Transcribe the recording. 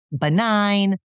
benign